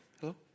Hello